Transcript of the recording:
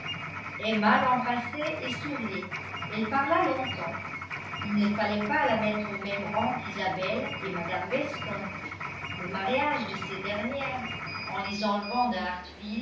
emma l'embrassait et souriait elle parla longtemps il ne fallait pas la mettre au même rang qu'isabelle et mme weston le mariage de ces dernières en les enlevant de